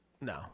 No